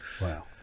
wow